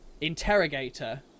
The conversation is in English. interrogator